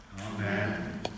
Amen